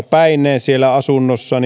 päineen siellä asunnossa